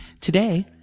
Today